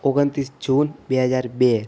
ઓગણત્રીસ જૂન બે હજાર બે